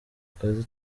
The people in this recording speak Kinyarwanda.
akazi